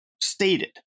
stated